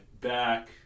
back